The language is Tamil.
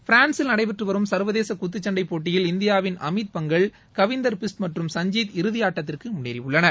பிரான்சில் நடைபெற்றுவரும் சர்வதேச குத்துச்சண்டை போட்டியில் இந்தியாவின் அமித் பங்கல் கவிந்தர் பிஸ்ட் மற்றும் சஞ்ஜீத் இறுதியாட்டத்திற்கு முன்னேறியுள்ளனர்